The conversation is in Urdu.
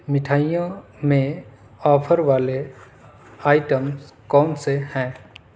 مٹھائیوں میں آفر والے آئٹمز کون سے ہیں